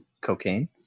cocaine